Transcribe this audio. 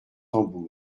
tambour